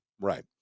Right